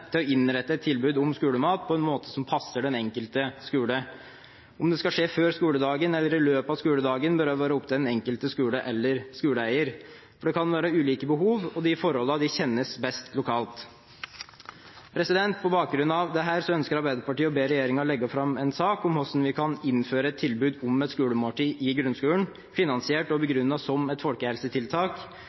til å innrette tilbud om skolemat på en måte som passer den enkelte skole. Om det skal skje før skoledagen eller i løpet av skoledagen, bør være opp til den enkelte skole eller skoleeier. Det kan være ulike behov, og de forholdene kjennes best lokalt. På bakgrunn av dette ønsker Arbeiderpartiet å be regjeringen legge fram en sak om hvordan vi kan innføre et tilbud om et skolemåltid i grunnskolen, finansiert og begrunnet som et folkehelsetiltak.